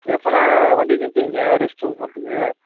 எப்பண்ணே வண்டியை நிறுத்துவீங்க ரெஸ்ட்ரூம் போகிறத்துக்கு